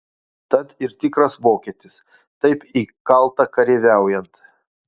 tad ir tikras vokietis taip įkalta kareiviaujant